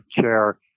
chair